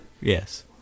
Yes